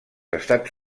estats